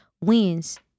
wins